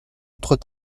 autre